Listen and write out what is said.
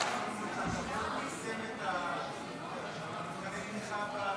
על ידי משה סולומון שאתה מפרסם את מבחני התמיכה במעונות.